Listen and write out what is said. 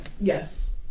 Yes